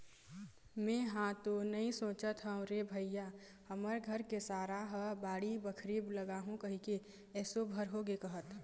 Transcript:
मेंहा तो नइ सोचत हव रे भइया हमर घर के सारा ह बाड़ी बखरी लगाहूँ कहिके एसो भर होगे कहत